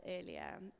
earlier